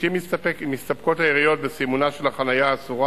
לעתים מסתפקות העיריות בסימונה של החנייה האסורה